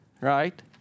right